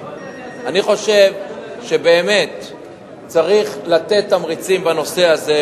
אני חושב שבאמת צריך לתת תמריצים בנושא הזה,